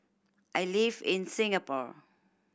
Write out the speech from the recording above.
I live in Singapore